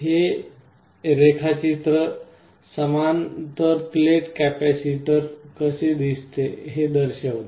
हे रेखाचित्र समांतर प्लेट कॅपेसिटर कसे दिसते ते दर्शवते